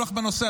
בנושא,